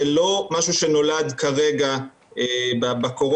זה לא משהו שנולד כרגע בקורונה,